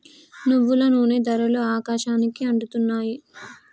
నువ్వుల నూనె ధరలు ఆకాశానికి అంటుతున్నాయి